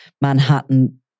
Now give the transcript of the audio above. Manhattan